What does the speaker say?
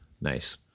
Nice